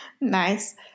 Nice